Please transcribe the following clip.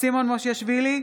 סימון מושיאשוילי,